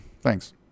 thanks